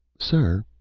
sir,